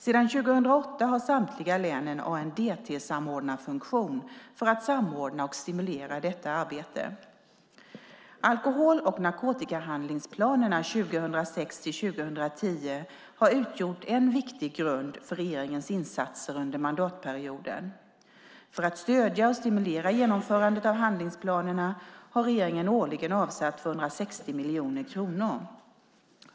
Sedan 2008 har samtliga län en ANDT-samordnarfunktion för att samordna och stimulera detta arbete. Alkohol och narkotikahandlingsplanerna 2006-2010 har utgjort en viktig grund för regeringens insatser under mandatperioden. För att stödja och stimulera genomförandet av handlingsplanerna har regeringen årligen avsatt 260 miljoner kronor.